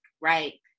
right